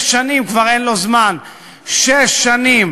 שש שנים